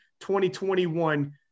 2021